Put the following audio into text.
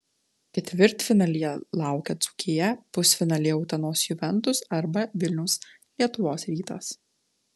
ketvirtfinalyje laukia dzūkija pusfinalyje utenos juventus arba vilniaus lietuvos rytas